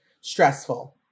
stressful